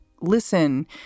listen